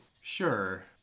Sure